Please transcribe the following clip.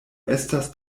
estas